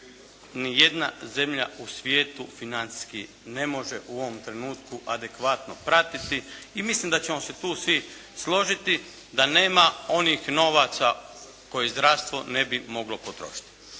jedna zemlja u svijetu financijski ne može u ovom trenutku adekvatno pratiti i mislim da ćemo se tu svi složiti da nema onih novaca koje zdravstvo ne bi moglo potrošiti.